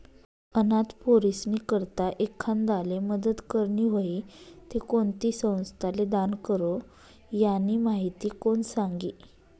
अनाथ पोरीस्नी करता एखांदाले मदत करनी व्हयी ते कोणती संस्थाले दान करो, यानी माहिती कोण सांगी